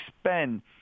spend